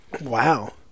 Wow